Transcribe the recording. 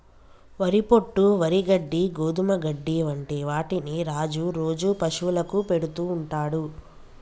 వరి పొట్టు, వరి గడ్డి, గోధుమ గడ్డి వంటి వాటిని రాజు రోజు పశువులకు పెడుతుంటాడు